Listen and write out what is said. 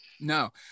No